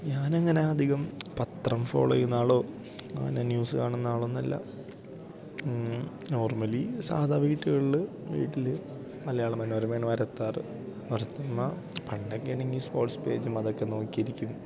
ഞാനങ്ങനെ അധികം പത്രം ഫോളോ ചേയ്യുന്ന ആളോ അല്ലെങ്കിൽ ന്യൂസ് കാണുന്നയാളൊന്നുമല്ല നോർമ്മലി സാധാ വീടുകളിൽ വീട്ടിൽ മലയാള മനോരമയാണ് വരുത്താറ് വരുത്തുന്ന പണ്ടൊക്കെയാണെങ്കിൽ സ്പോട്സ് പേജും അതൊക്കെ നോക്കിയിരിക്കും